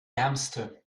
ärmste